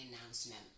announcement